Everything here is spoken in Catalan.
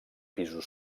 pisos